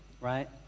right